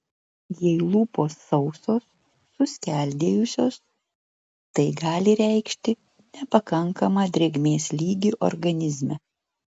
jei lūpos sausos suskeldėjusios tai gali reikšti nepakankamą drėgmės lygį organizme